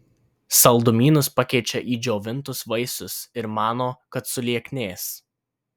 saldumynus pakeičia į džiovintus vaisius ir mano kad sulieknės